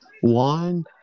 One